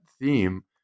theme